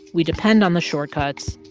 we depend on the shortcuts.